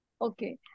Okay